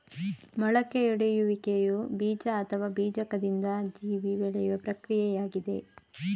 ಮೊಳಕೆಯೊಡೆಯುವಿಕೆಯು ಬೀಜ ಅಥವಾ ಬೀಜಕದಿಂದ ಜೀವಿ ಬೆಳೆಯುವ ಪ್ರಕ್ರಿಯೆಯಾಗಿದೆ